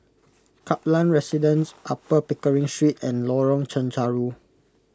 Kaplan Residence Upper Pickering Street and Lorong Chencharu